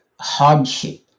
hardship